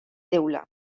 teula